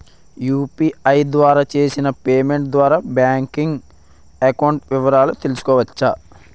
UPI ద్వారా చేసిన payment ద్వారా బ్యాంక్ అకౌంట్ వివరాలు తెలుసుకోవచ్చ?